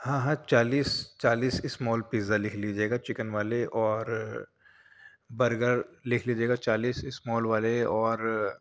ہاں ہاں چالیس چالیس اسمال پیزا لکھ لیجیے گا چکن والے اور برگر لکھ لیجیے گا چالیس اسمال والے اور